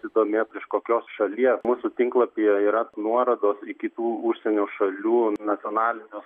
pasidomėt iš kokios šalies mūsų tinklapyje yra nuorodos į kitų užsienio šalių nacionalinius